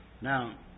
Now